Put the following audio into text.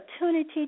opportunity